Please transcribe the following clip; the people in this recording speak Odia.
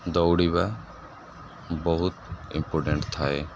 ଦୌଡ଼ିବା ବହୁତ ଇମ୍ପୋଟେଣ୍ଟ୍ ଥାଏ